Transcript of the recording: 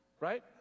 right